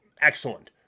excellent